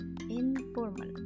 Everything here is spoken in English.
informal